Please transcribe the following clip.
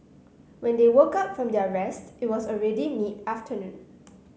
when they woke up from their rest it was already mid afternoon